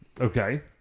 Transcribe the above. Okay